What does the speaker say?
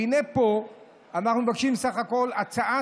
והינה פה אנחנו בסך הכול מבקשים להעביר הצעה